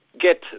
get